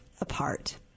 Apart